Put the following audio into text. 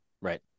Right